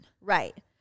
Right